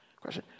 Question